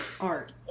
art